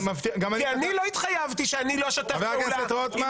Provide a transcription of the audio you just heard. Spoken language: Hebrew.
כי אני לא התחייבתי שאני לא אשתף פעולה עם